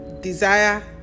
desire